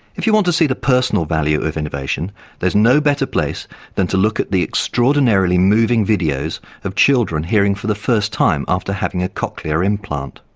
if you want to see the personal value of innovation there's no better place than to look at the extraordinarily moving videos of children hearing for the first time after having a cochlear implant.